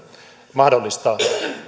mahdollistaa